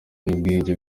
n’ubwiyunge